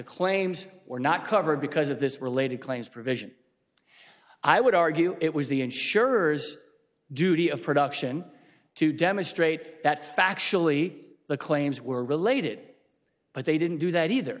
claims were not covered because of this related claims provision i would argue it was the insurers duty of production to demonstrate that factually the claims were related but they didn't do that either